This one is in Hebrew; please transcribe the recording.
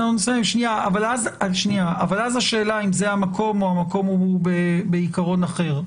אבל אז השאלה אם זה המקום או המקום הוא בעיקרון אחר.